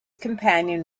companion